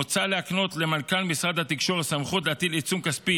מוצע להקנות למנכ"ל משרד התקשורת סמכות להטיל עיצום כספי